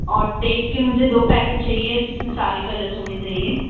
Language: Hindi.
और टेप के मुझे दो पैकेट्स चाहिए जिसमें सारे कलर्स होने चाहिए